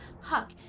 Huck